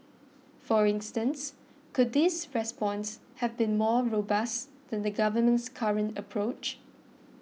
for instance could this response have been more robust than the government's current approach